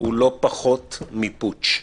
הוא לא פחות מפוטש.